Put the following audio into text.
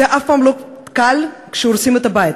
זה אף פעם לא קל שהורסים את הבית,